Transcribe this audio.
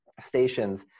stations